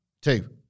Two